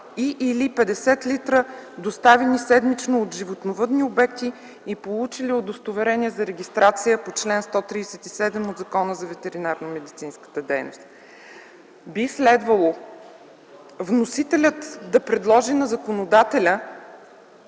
и/или 50 л, доставени седмично от животновъдни обекти и получили Удостоверение за регистрация по чл. 137 от Закона за ветеринарномедицинската дейност.” Би следвало вносителят да предложи на законодателния